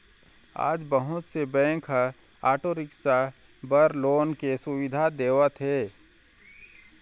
आज बहुत से बेंक ह आटो बिसाए बर लोन के सुबिधा देवत हे